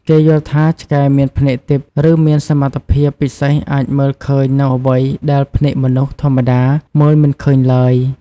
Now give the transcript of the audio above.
គេយល់ថាឆ្កែមានភ្នែកទិព្វ ឬមានសមត្ថភាពពិសេសអាចមើលឃើញនូវអ្វីដែលភ្នែកមនុស្សធម្មតាមើលមិនឃើញឡើយ។